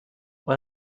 what